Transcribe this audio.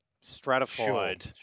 stratified